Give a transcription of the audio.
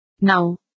now